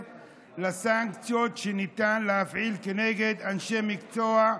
לסנקציות שניתן להפעיל כנגד אנשי מקצוע,